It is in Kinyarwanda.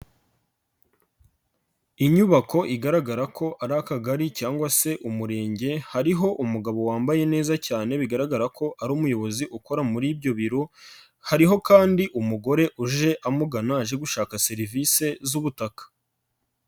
Inyubako igaragara ko ari Akagari cyangwa se Umurenge hariho umugabo wambaye neza cyane bigaragara ko ari umuyobozi ukora muri ibyo biro, hariho kandi umugore uje amugana aje gushaka serivise z'ubutaka.